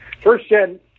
first-gen